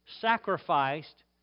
sacrificed